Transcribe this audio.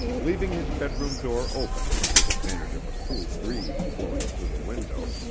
leaving his bedroom door open to take advantage of a cool breeze blowing through the window,